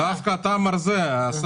דווקא אתה מרזה, כל השאר משמינים.